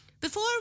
Before